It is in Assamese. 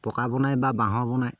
পকা বনায় বা বাঁহৰ বনায়